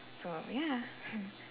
so ya